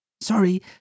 Sorry